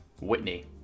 Whitney